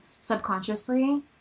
subconsciously